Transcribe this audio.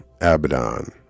Abaddon